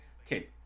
okay